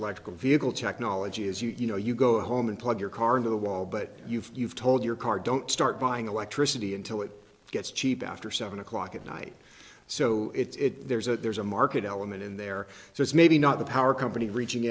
electrical vehicle technology is you know you go home and plug your car into the wall but you've you've told your car don't start buying electricity until it gets cheap after seven o'clock at night so it's there's a there's a market element in there so it's maybe not the power company reaching